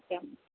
okay అమ్మ